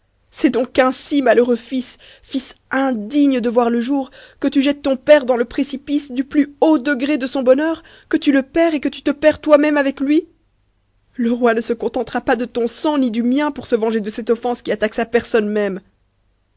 c'est donc ainsi malheureux sis ris indigne de t'oir le jour que tu jettes ton père dans le précipice du plus haut degré son bonheur que tu le perds et que tu te perds toi-même avec lui le ci ne se contentera pas de ton sang ni du mien pour se venger de cette ffense qui attaque sa personne même